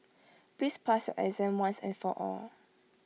please pass your exam once and for all